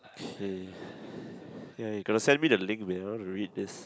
okay ya you got to send me the link when I want to read this